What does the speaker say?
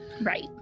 Right